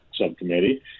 subcommittee